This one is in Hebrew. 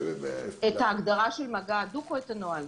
את ההגדרה של מגע הדוק או את הנוהל?